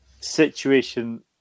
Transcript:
situation